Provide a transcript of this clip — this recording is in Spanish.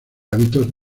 hábitos